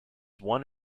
one